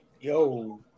Yo